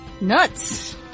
Nuts